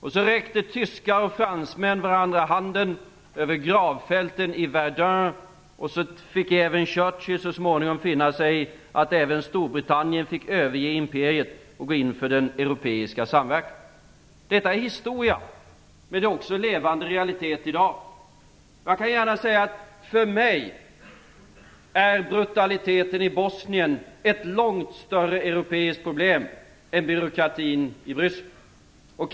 Och så räckte tyskar och fransmän varandra handen över gravfälten i Verdun. Winston Churchill fick så småningom finna sig i att även Storbritannien fick överge imperiet och gå in för den europeiska samverkan. Detta är historia, men det är också en levande realitet i dag. För mig är brutaliteten i Bosnien ett långt större europeiskt problem än byråkratin i Bryssel.